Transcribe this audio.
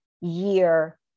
year